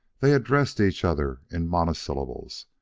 they addressed each other in monosyllables,